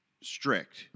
strict